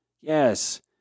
Yes